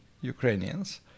Ukrainians